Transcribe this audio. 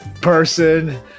person